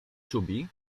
czubi